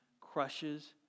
crushes